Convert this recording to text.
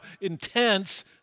intense